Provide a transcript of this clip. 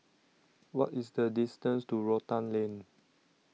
What IS The distance to Rotan Lane